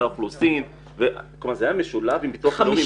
האוכלוסין וזה היה משולב עם ביטוח לאומי.